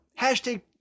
Hashtag